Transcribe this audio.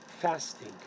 fasting